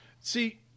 See